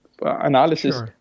analysis